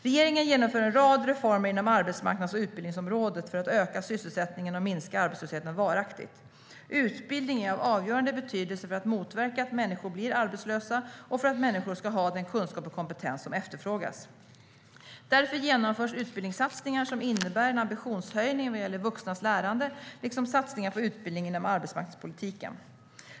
Regeringen genomför en rad reformer inom arbetsmarknads och utbildningsområdet för att öka sysselsättningen och minska arbetslösheten varaktigt. Utbildning är av avgörande betydelse för att motverka att människor blir arbetslösa och för att människor ska ha den kunskap och kompetens som efterfrågas. Därför genomförs utbildningssatsningar som innebär en ambitionshöjning vad gäller vuxnas lärande, liksom satsningar på utbildning inom arbetsmarknadspolitiken.